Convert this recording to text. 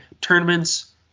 Tournaments